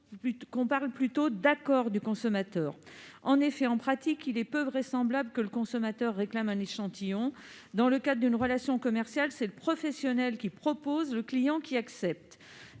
se référer plutôt à un « accord » du consommateur. En effet, en pratique, il est peu vraisemblable que le consommateur réclame un échantillon. Dans le cadre d'une relation commerciale, c'est le professionnel qui propose et le client qui accepte.